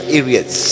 areas